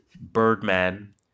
Birdman